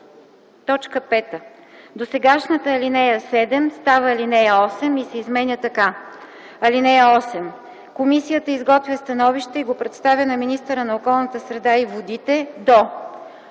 работа.” 5. Досегашната ал. 7 става ал. 8 и се изменя така: „(8) Комисията изготвя становище и го представя на министъра на околната среда и водите до: